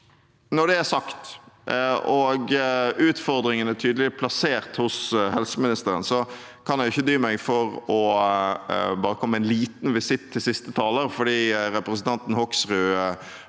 Når det er sagt, og utfordringene er tydelig plassert hos helseministeren, kan jeg ikke dy meg for å komme med en liten visitt til siste taler. Representanten Hoksrud